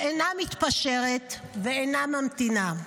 שאינה מתפשרת ואינה ממתינה.